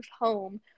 home